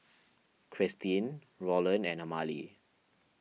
Kristyn Rolland and Amalie